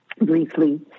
briefly